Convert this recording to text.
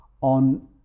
on